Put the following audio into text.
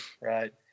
Right